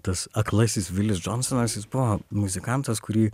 tas aklasis vilis džonsonas jis buvo muzikantas kurį